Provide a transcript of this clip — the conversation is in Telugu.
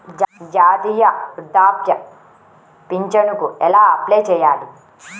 జాతీయ వృద్ధాప్య పింఛనుకి ఎలా అప్లై చేయాలి?